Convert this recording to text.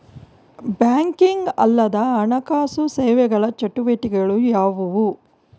Banking ಅಲ್ಲದ ಹಣಕಾಸು ಸೇವೆಗಳ ಚಟುವಟಿಕೆಗಳು ಯಾವುವು?